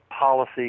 policy